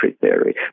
theory